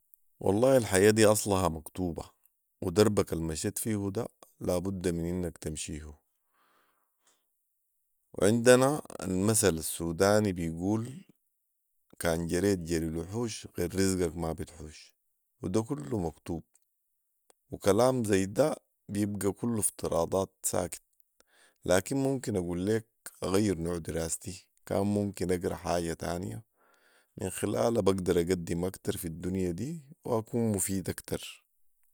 والله الحياه دي اصلها مكتوبه ، ودربك المشيت فيه ده لا بد من انك تمشيه وعندنا المثل السوداني بيقول كان جريت جري الوحوش غير رزقك ما بتحوش وده كله مكتوب وكلام ذي ده بيبقي كله افتراضات ساكت لكن ممكن اقول ليك أغير نوع دراستي كان ممكن اقراء حاجه تانيه من خلالها بقدر اقدم اكتر في الدنيا دي واكون مفيد اكتر